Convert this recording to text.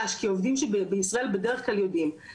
ברגע שהעובד עלה על מטוס ועזב את ישראל,